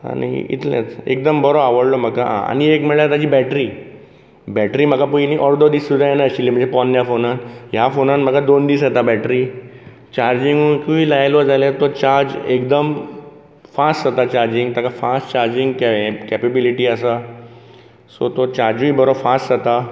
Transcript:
आनी इतलेंच एकदम बरो आवडलो म्हाका आं आनी एक म्हणल्यार ताजी बॅट्री बॅट्री म्हाका पयली एक अर्दो दीस सुद्दां येनाशिल्ली म्हळ्यार म्हज्या पोरण्या फोनाक ह्या फोनान म्हाका दोन दीस येता बॅट्री चार्जींगेकूय लायलो जाल्यार तो चार्ज एकदम फास्ट जाता चार्जींग ताका फास्ट चार्जींग हे कॅपेबीलीटी आसा सो तो चार्जूय बरो फास्ट जाता